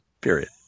Period